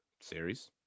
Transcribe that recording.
series